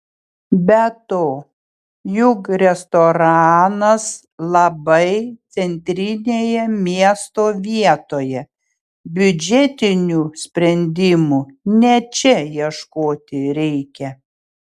be to juk restoranas labai centrinėje miesto vietoje biudžetinių sprendimų ne čia ieškoti reikia